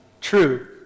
True